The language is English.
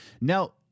Now